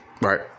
Right